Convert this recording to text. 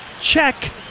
check